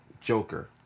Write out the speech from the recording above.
Joker